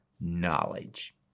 knowledge